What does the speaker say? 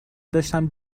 داشتم